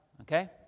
Okay